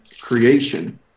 creation